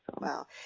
Wow